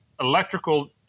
electrical